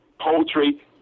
poultry